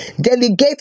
delegate